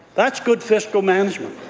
that's good fiscal management.